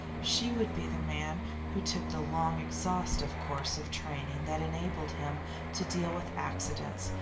she would be the man who took the long exhaustive course of training that enabled him to deal with accidents,